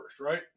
right